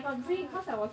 I got bring